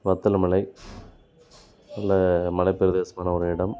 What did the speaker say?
வத்தல் மலை நல்ல மலைப் பிரதேசமான ஒரு இடம்